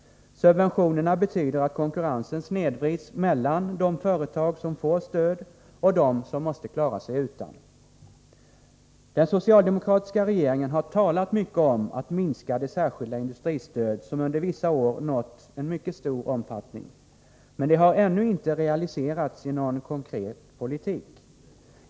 Subventionerna betyder att konkurrensen snedvrids mellan de företag som får stöd och de som måste klara sig utan. Den socialdemokratiska regeringen har talat mycket om att minska det särskilda industristöd som under vissa år nått en mycket stor omfattning. Men det har ännu inte realiserats i någon konkret politik.